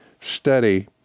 study